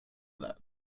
that